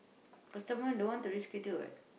but someone don't want to reach what